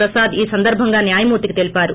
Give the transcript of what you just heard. ప్రసాద్ ఈ సందర్భంగా న్వాయమూర్తికి తెలిపారు